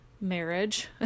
marriage